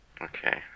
Okay